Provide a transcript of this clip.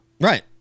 Right